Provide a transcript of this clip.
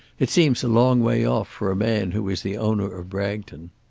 it seems a long way off for a man who is the owner of bragton.